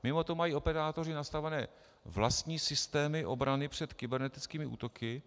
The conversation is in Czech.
Mimoto mají operátoři nastavené vlastní systémy obrany před kybernetickými útoky.